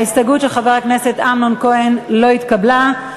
ההסתייגות של חבר הכנסת אמנון כהן לא התקבלה.